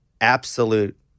absolute